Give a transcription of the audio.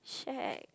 shag